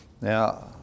Now